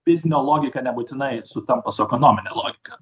biznio logika nebūtinai sutampa su ekonomine logika